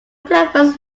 platforms